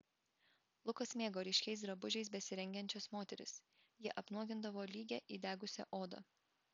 lukas mėgo ryškiais drabužiais besirengiančias moteris jie apnuogindavo lygią įdegusią odą